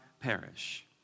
perish